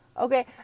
Okay